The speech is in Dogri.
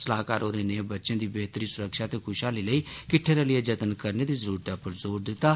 सलाह्कार होरें नेह बच्चें दी बेहतरी सुरक्षा ते खुशहाली लेई किट्ठे रलियै जतन करने दी जरूरतै पर जोर दित्ता